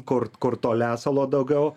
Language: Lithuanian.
kur kur to lesalo daugiau